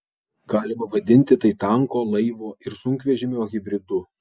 galima vadinti tai tanko laivo ir sunkvežimio hibridu